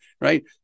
right